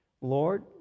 Lord